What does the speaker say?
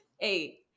eight